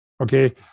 Okay